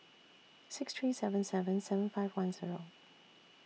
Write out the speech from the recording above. six three seven seven seven five one Zero